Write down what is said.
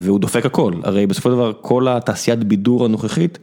והוא דופק הכל, הרי בסופו של דבר כל התעשיית בידור הנוכחית.